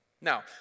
Now